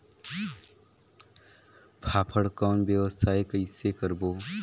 फाफण कौन व्यवसाय कइसे करबो?